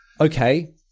Okay